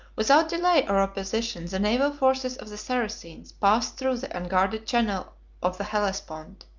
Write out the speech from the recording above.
without delay or opposition, the naval forces of the saracens passed through the unguarded channel of the hellespont,